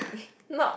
it's not